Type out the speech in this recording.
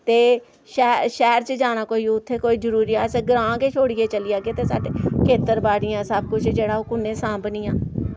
ते शैह्र शैह्र च जाना कोई उत्थै कोई जरूरी अस ग्रां गै छोड़ियै चली जागे ते साढ़े खेतर बाड़ियां सब किश जेह्ड़ा ओह् कु'न्नै सांभनियां